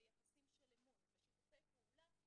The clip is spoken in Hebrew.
ויחסים של אמון ושיתופי פעולה,